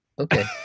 okay